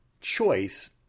choice